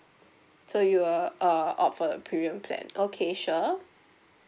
so you are uh up for the premium plan okay sure